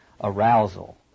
arousal